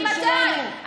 ממתי?